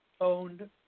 owned